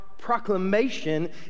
proclamation